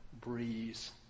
breeze